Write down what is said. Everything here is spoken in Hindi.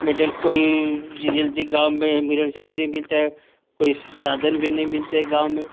मेडिकल कोई जल्दी गाँव में मिलन से भी नहीं मिलता है कोई साधन भी नहीं मिलते गाँव में